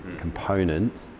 components